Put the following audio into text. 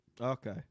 Okay